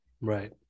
Right